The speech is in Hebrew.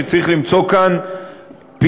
שצריך למצוא כאן פתרון,